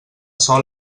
sol